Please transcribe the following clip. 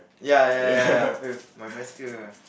ya ya ya ya my bicycle